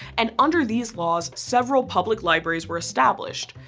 and under these laws several public libraries were established.